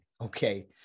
okay